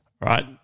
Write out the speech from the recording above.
right